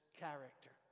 character